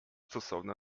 stosowna